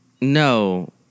No